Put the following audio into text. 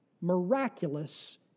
miraculous